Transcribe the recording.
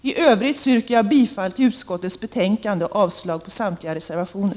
I övrigt yrkar jag bifall till utskottets förslag och avslag på samtliga reservationer.